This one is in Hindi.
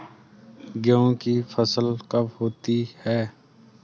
गेहूँ की फसल कब होती है?